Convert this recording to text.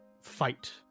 fight